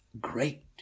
Great